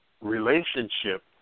relationship